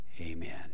Amen